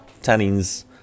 tannins